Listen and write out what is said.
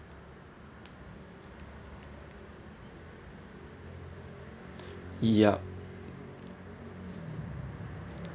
yup